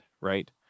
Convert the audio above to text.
right